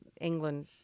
England